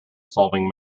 solving